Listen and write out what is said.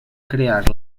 crear